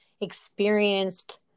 experienced